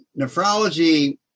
Nephrology